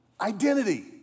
identity